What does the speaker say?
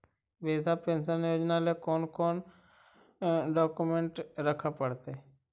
वृद्धा पेंसन योजना ल कोन कोन डाउकमेंट रखे पड़तै?